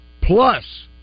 plus